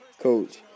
Coach